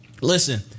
listen